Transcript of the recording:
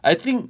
I think